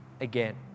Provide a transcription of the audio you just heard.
again